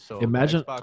Imagine